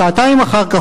שעתיים אחר כך,